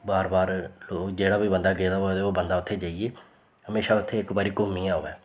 बार बार जेह्ड़ा बी बंदा गेदा होऐ ते ओह् बंदा उत्थें जाइयै म्हेशां उत्थें इक बारी घूमियै आवै